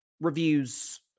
reviews